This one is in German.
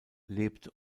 lebt